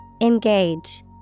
Engage